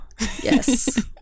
yes